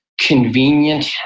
convenient